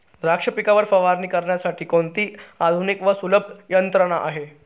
द्राक्ष पिकावर फवारणी करण्यासाठी कोणती आधुनिक व सुलभ यंत्रणा आहे?